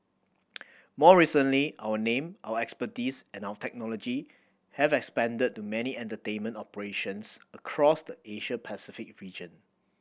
more recently our name our expertise and our technology have expanded to many entertainment operations across the Asia Pacific region